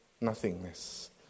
nothingness